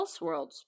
Elseworlds